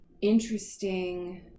interesting